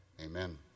Amen